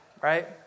Right